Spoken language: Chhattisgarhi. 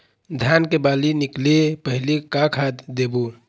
धान के बाली निकले पहली का खाद देबो?